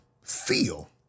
feel